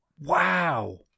Wow